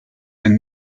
ein